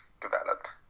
developed